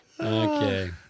Okay